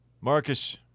Marcus